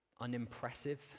unimpressive